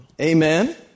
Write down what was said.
Amen